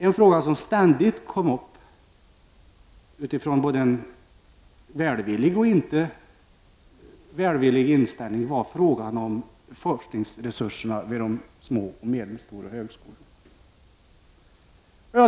En fråga som ständigt kom upp utifrån en både välvillig och en mindre välvillig inställning var frågan om forskningsresurserna vid de små och medelstora högskolorna.